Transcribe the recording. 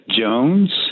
Jones